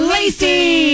Lacey